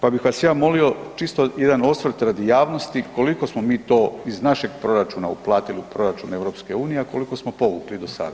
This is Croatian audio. Pa bih vas ja molio čisto jedan osvrt radi javnosti koliko smo mi to iz našeg proračuna uplatili u proračun EU, a koliko smo povukli do sada?